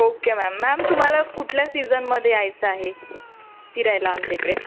okay ma'am ma'am तुम्हाला कुठल्या सीझनमध्ये यायचं आहे फिरायला आमच्या इकडे